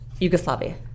Yugoslavia